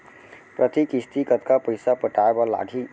प्रति किस्ती कतका पइसा पटाये बर लागही?